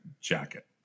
jacket